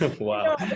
wow